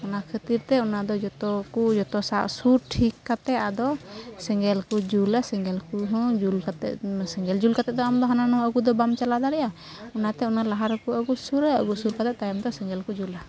ᱚᱱᱟ ᱠᱷᱟᱹᱛᱤᱨ ᱛᱮ ᱚᱱᱟᱫᱚ ᱡᱚᱛᱚᱠᱚ ᱡᱚᱛᱚ ᱥᱟᱵᱥᱩᱨ ᱴᱷᱤᱠ ᱠᱟᱛᱮᱫ ᱟᱫᱚ ᱥᱮᱸᱜᱮᱞ ᱠᱚ ᱡᱩᱞᱟ ᱥᱮᱸᱜᱮᱞ ᱠᱚ ᱦᱚᱸ ᱡᱩᱞ ᱠᱟᱛᱮᱫ ᱥᱮᱸᱜᱮᱞ ᱡᱩᱞ ᱠᱟᱛᱮᱫ ᱫᱚ ᱟᱢᱫᱚ ᱦᱟᱱᱟᱼᱱᱟᱣᱟ ᱟᱹᱜᱩᱫᱚ ᱵᱟᱢ ᱪᱟᱞᱟᱣ ᱫᱟᱲᱮᱜᱼᱟ ᱚᱱᱟᱛᱮ ᱚᱱᱟ ᱞᱟᱦᱟᱨᱮᱠᱚ ᱟᱹᱜᱩᱥᱩᱨᱟ ᱟᱹᱜᱩ ᱥᱩᱨ ᱠᱟᱛᱮᱫ ᱛᱟᱭᱚᱢᱛᱮ ᱥᱮᱸᱜᱮᱞ ᱠᱚ ᱡᱩᱞᱟ